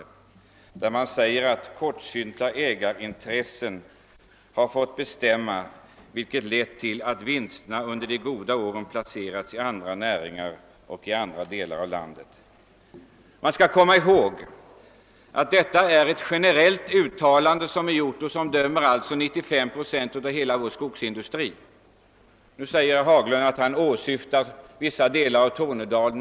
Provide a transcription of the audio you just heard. Det sägs av motionärerna: »Kortsynta ägarintressen har fått bestämma, vilket lett till att vinsterna under de goda åren placerats i andra näringar och i andra delar av landet.» Detta är ett generellt uttalande som dömer 95 procent av hela vår skogsindustri. Nu säger herr Haglund att han åsyftat bl.a. vissa delar av Tornedalen.